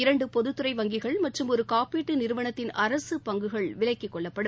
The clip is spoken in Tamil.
இரண்டு பொதுத்துறை வங்கிகள் மற்றும் ஒரு காப்பீட்டு நிறுவனத்தின் அரசு பங்குகள் விலக்கிக் கொள்ளப்படும்